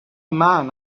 man